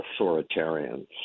authoritarians